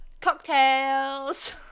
cocktails